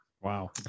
Wow